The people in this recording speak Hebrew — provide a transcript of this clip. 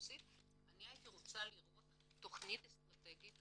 רוסית אני רוצה לראות תכנית אסטרטגית,